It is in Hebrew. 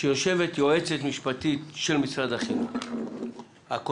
כשיושבת יועצת משפטית של משרד החינוך הקודמת,